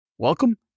Welcome